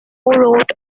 wrote